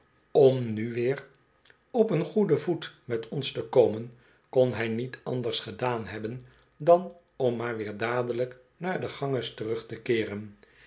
om nu weer cp een goeden voet met ons te komen kon hij niet anders gedaan hebben dan om maar weer dadelijk naar den ganges terug te keeren